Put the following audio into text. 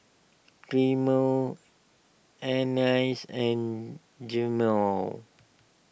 Carmel Anice and Jemal